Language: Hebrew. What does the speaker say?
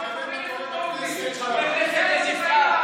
אתה אומר, חברי כנסת לא עובדים.